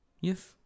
Yes